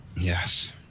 Yes